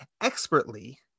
expertly